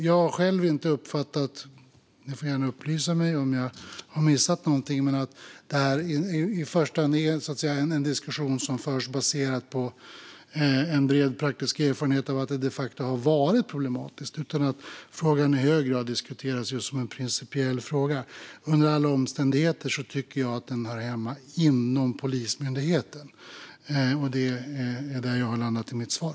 Jag har själv inte uppfattat - ni får gärna upplysa mig om jag har missat någonting - att denna diskussion i första hand förs baserat på bred praktisk erfarenhet av att detta de facto har varit problematiskt utan snarare att frågan i hög grad diskuteras just som en principiell fråga. Under alla omständigheter tycker jag att den hör hemma inom Polismyndigheten, och det är där jag har landat i mitt svar.